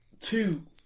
two